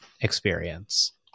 experience